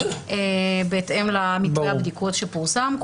בהתאם למתווה הבדיקות שפורסם.